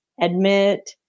admit